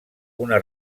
una